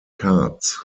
cards